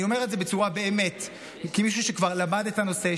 אני אומר את זה כמישהו שכבר למד את הנושא,